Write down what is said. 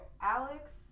Alex